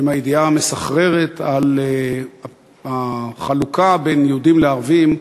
עם הידיעה המסחררת על החלוקה בין יהודים לערבים,